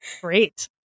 Great